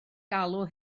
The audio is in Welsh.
galw